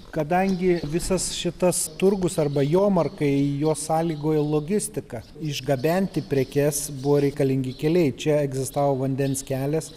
kadangi visas šitas turgus arba jomarkai juos sąlygojo logistika išgabenti prekes buvo reikalingi keliai čia egzistavo vandens kelias